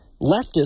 Leftists